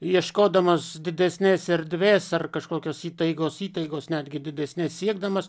ieškodamas didesnes erdves ar kažkokios įtaigos įtaigos netgi didesnes siekdamas